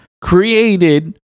created